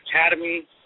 Academy